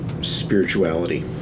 spirituality